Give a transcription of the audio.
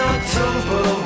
October